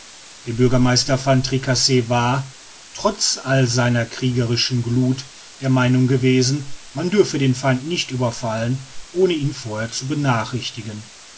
der bürgermeister van tricasse war trotz all seiner kriegerischen gluth der meinung gewesen man dürfe den feind nicht überfallen ohne ihn vorher zu benachrichtigen